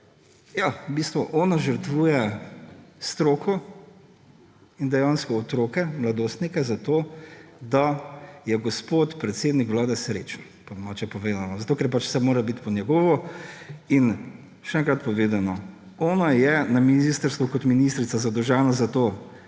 ja, v bistvu ona žrtvuje stroko in dejansko otroke, mladostnike za to, da je gospod predsednik Vlade srečen, po domače povedano, ker pač vse mora biti po njegovo. In še enkrat povedano, ona je na ministrstvu kot ministrica zadolžena za to,